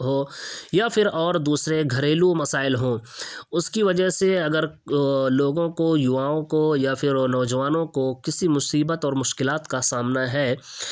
ہو یا پھر اور دوسرے گھریلو مسائل ہوں اس کی وجہ سے اگر لوگوں كو یوواؤں كو یا پھر نوجوانوں كو كسی مصیبت اور مشکلات كا سامنا ہے